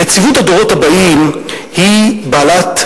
נציבות הדורות הבאים היא בעלת,